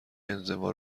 انزوا